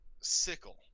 sickle